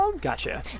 Gotcha